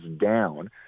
down